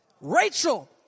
Rachel